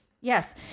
Yes